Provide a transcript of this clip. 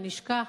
ונשכח.